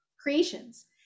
creations